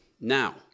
now